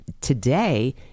today